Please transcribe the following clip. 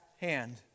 hand